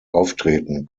auftreten